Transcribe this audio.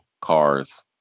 cars